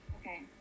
Okay